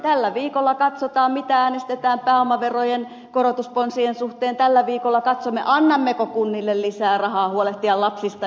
tällä viikolla katsotaan mitä äänestetään pääomaverojen korotusponsien suhteen tällä viikolla katsomme annammeko kunnille lisää rahaa huolehtia lapsista ja vanhuksista